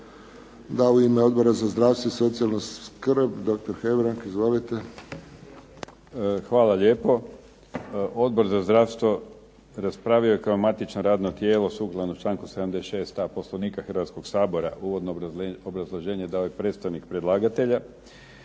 Da. U ime Odbora za zdravstvo i socijalnu skrb doktor Hebrang. Izvolite. **Hebrang, Andrija (HDZ)** Hvala lijepo. Odbor za zdravstvo raspravio je kao matično radno tijelo sukladno članku 76.a Poslovnika Hrvatskog sabora uvodno obrazloženje dao je predstavnik predlagatelja